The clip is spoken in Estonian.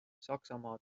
saksamaa